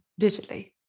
digitally